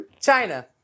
China